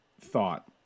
thought